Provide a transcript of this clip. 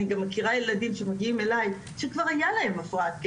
אני מכירה ילדים שמגיעים אליי שכבר היה להם הפרעת קשב,